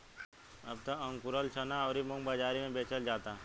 अब त अकुरल चना अउरी मुंग बाजारी में बेचल जाता